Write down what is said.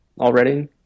already